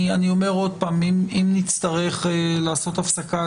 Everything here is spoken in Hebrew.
אני אומר עוד פעם שאם נצטרך לעשות הפסקה,